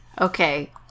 Okay